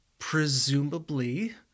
presumably